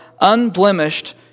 unblemished